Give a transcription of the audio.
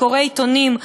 קורא עיתונים,